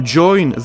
join